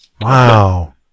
Wow